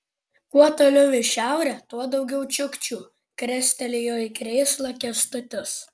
kuo toliau į šiaurę tuo daugiau čiukčių krestelėjo į krėslą kęstutis